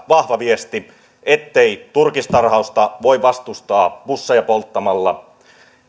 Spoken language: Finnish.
vahva viesti ettei turkistarhausta voi vastustaa busseja polttamalla